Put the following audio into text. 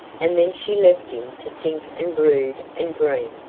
and then she left him to think and brood and dream.